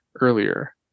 earlier